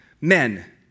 men